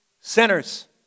sinners